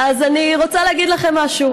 אז אני רוצה להגיד לכם משהו.